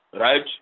right